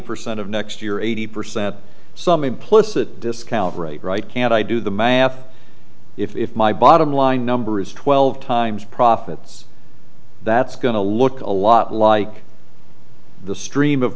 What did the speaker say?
percent of next year eighty percent some implicit discount rate right can i do the math if my bottom line number is twelve times profits that's going to look a lot like the stream of